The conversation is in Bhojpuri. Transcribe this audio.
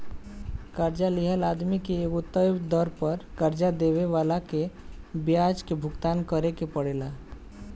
कर्जा लिहल आदमी के एगो तय दर पर कर्जा देवे वाला के ब्याज के भुगतान करेके परेला